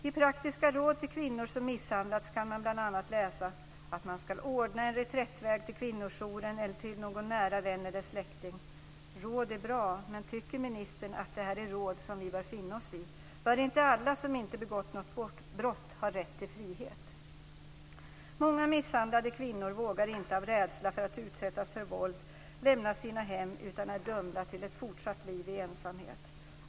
I praktiska råd till kvinnor som misshandlats kan man bl.a. läsa att de ska ordna en reträttväg till kvinnojouren eller till någon nära vän eller släkting. Råd är bra, men tycker ministern att det här är råd som vi bör finna oss i? Borde inte alla som inte har begått något brott ha rätt till frihet? Många misshandlade kvinnor vågar inte av rädsla för att utsättas för våld lämna sina hem utan är dömda till ett fortsatt liv i ensamhet.